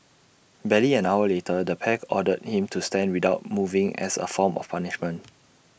barely an hour later the pair ordered him to stand without moving as A form of punishment